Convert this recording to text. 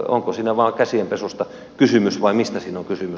onko siinä vain käsienpesusta kysymys vai mistä siinä on kysymys